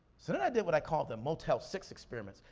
so then i did what i call the motel six experiments.